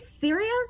serious